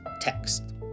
text